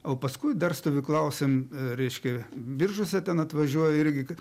o paskui dar stovyklausim reiškia biržuose ten atvažiuoja irgi